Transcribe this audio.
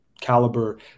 caliber